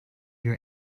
you